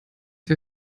wir